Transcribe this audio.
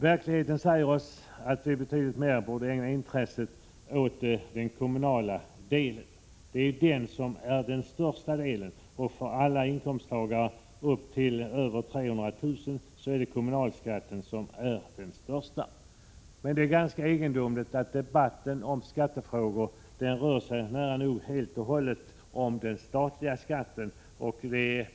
Verkligheten säger oss att vi betydligt mer borde ägna intresset åt den kommunala delen av skatten. Det är den delen som är störst. För alla inkomsttagare med en årsinkomst upp till 300 000 kr. är kommunalskatten den största skatten. Det är ganska egendomligt att debatten om skattefrågor nära nog helt och hållet rör sig om den statliga skatten.